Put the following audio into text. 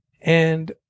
and-